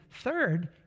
third